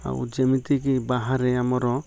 ଆଉ ଯେମିତିକି ବାହାରେ ଆମର